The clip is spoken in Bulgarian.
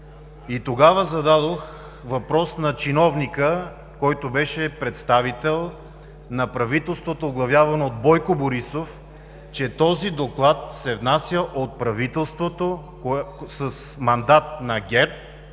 Тогава зададох въпрос на чиновника, който беше представител на правителството, оглавявано от Бойко Борисов, че този доклад се внася от правителството с мандат на ГЕРБ